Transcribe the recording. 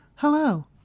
Hello